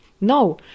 No